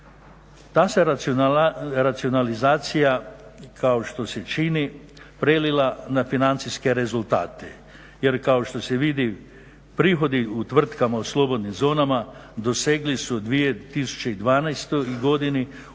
Ta se racionalizacija kao što se čini prelila na financijske rezultate, jer kao što se vidi prihodi u tvrtkama u slobodnim zonama dosegli su u 2012. godini ukupno